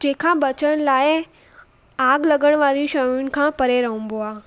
जंहिं खां बचण लाइ आग लॻणु वारी शयुनि खां परे रहबो आहे